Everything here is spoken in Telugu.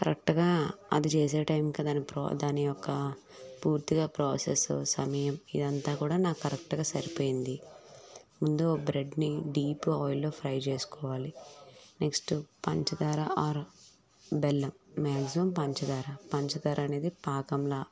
కరెక్ట్గా అది చేసే టైమ్కి దాని ప్రో దాని యొక్క పూర్తిగా ప్రాసెస్ సమయం ఇదంతా కూడా నాకు కరెక్ట్గా సరిపోయింది ముందు ఓ బ్రెడ్ని డీప్ ఆయిల్లో ఫ్రై చేసుకోవాలి నెక్స్ట్ పంచదార ఆర్ బెల్లం మ్యాక్సిమమ్ పంచదార పంచదారనేది పాకంలా